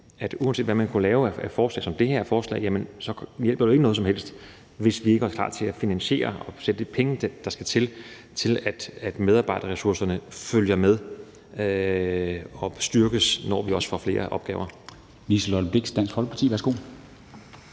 at uanset hvad man kunne lave af forslag, som f.eks. det her forslag, så hjælper det jo ikke noget som helst, hvis vi ikke også er klar til at finansiere det og sætte de penge af, der skal til, for at medarbejderressourcerne følger med og styrkes, når vi får flere opgaver.